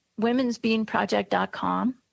womensbeanproject.com